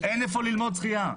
אין איפה ללמוד שחייה.